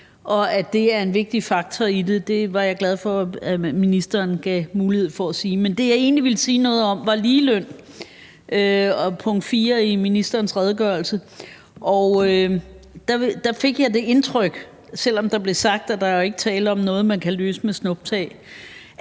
det er en vigtig faktor i det var jeg glad for at ministeren sagde. Men det, jeg egentlig ville sige noget om, var ligeløn, altså punkt fire i ministerens redegørelse. Og der fik jeg det indtryk – selv om der blev sagt, at der ikke er tale om noget, man kan løse med et snuptag